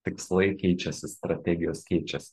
tikslai keičiasi strategijos keičias